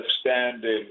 standing